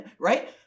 right